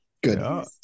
Good